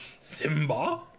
Simba